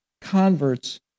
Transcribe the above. converts